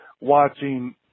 watching